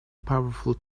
powerful